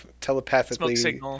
telepathically